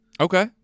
Okay